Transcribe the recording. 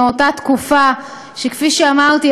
שכפי שאמרתי,